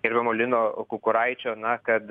gerbiamo lino kukuraičio na kad